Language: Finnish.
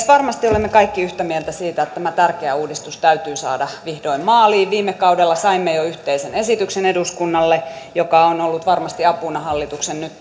varmasti olemme kaikki yhtä mieltä siitä että tämä tärkeä uudistus täytyy saada vihdoin maaliin viime kaudella saimme jo yhteisen esityksen eduskunnalle mikä on ollut varmasti apuna hallituksen nyt